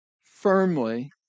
firmly